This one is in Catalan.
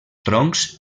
troncs